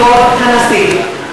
כבוד הנשיא!